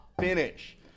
finish